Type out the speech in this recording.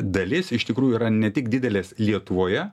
dalis iš tikrųjų yra ne tik didelės lietuvoje